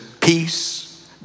peace